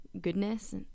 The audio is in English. goodness